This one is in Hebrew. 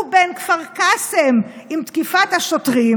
הוא בין כפר קאסם עם תקיפת השוטרים